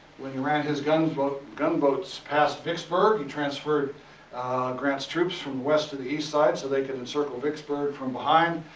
when he ran his guns, but gunboats past vicksburg. he transferred grant's troops from the west to the east side, so they can encircle vicksburg from behind,